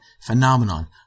phenomenon